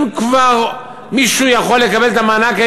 אם כבר מישהו יכול לקבל את המענק,